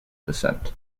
descent